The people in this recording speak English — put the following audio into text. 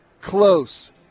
close